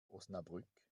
osnabrück